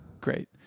Great